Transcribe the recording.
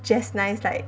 just nice like